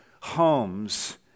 homes